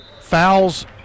fouls